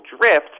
drift